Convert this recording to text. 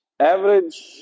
average